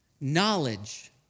Knowledge